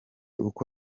uko